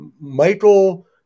Michael